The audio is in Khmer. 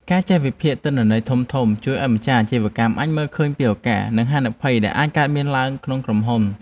ការចេះវិភាគទិន្នន័យធំៗជួយឱ្យម្ចាស់អាជីវកម្មអាចមើលឃើញពីឱកាស និងហានិភ័យដែលអាចកើតមានឡើងក្នុងក្រុមហ៊ុន។